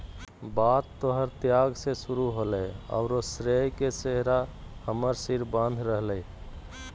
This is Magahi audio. बात तोहर त्याग से शुरू होलय औरो श्रेय के सेहरा हमर सिर बांध रहलय